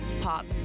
pop